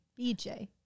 BJ